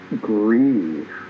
grieve